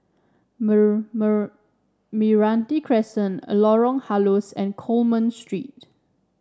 Meranti Crescent a Lorong Halus and Coleman Street